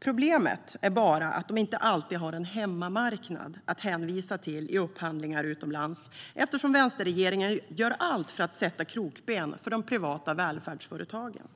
Problemet är bara att de inte alltid har en hemmamarknad att hänvisa till i upphandlingar utomlands, eftersom vänsterregeringen gör allt för att sätta krokben för de privata välfärdsföretagen.